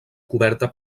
coberta